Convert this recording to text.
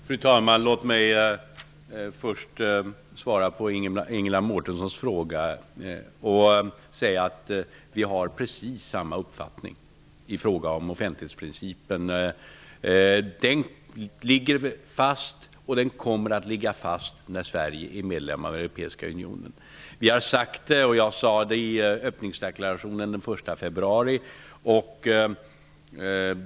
Fru talman! Låt mig först svara på Ingela Mårtenssons fråga. Vi har precis samma uppfattning i fråga om offentlighetsprincipen. Den ligger fast, och den kommer att ligga fast när Sverige är medlem av den europeiska unionen. Det sade jag i öppningsdeklarationen den 1 februari.